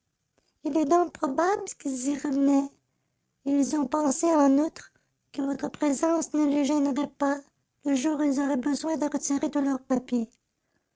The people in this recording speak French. il est donc probable qu'ils y revenaient et ils ont pensé en outre que votre présence ne les gênerait pas le jour où ils auraient besoin de retirer tous leurs papiers